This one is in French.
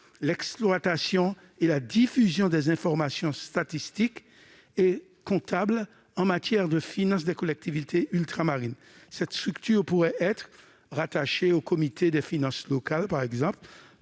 l'exploitation et la diffusion des informations statistiques et comptables en matière de finances des collectivités ultramarines. Cette structure pourrait être rattachée au comité des finances locales, le